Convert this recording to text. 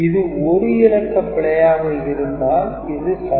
இது ஒரு இலக்க பிழையாக இருந்தால் இது சரி